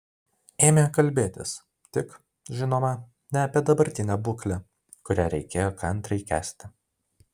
ėmė kalbėtis tik žinoma ne apie dabartinę būklę kurią reikėjo kantriai kęsti